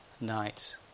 night